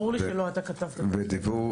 ברור לי שלא אתה כתבת את ההסתייגויות.